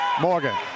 Morgan